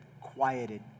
quieted